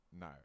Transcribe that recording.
no